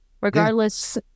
regardless